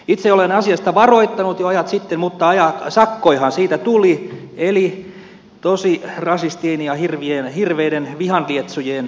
itse olen asiasta varoittanut jo ajat sitten mutta sakkojahan siitä tuli eli tosirasistien ja hirveiden vihan lietsojien arvostelemisesta